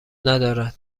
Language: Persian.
ندارد